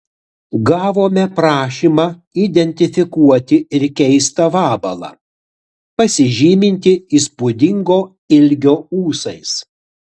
gavome prašymą identifikuoti ir keistą vabalą pasižymintį įspūdingo ilgio ūsais